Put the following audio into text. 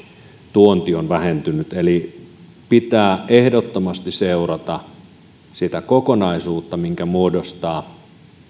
tuonti on vähentynyt eli pitää ehdottomasti seurata sitä kokonaisuutta minkä muodostavat